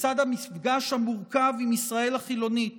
בצד המפגש המורכב עם ישראל החילונית